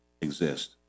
exist